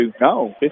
No